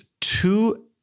two